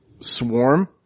swarm